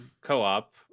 co-op